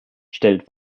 stellt